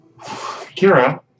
Kira